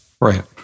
Right